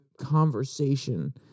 conversation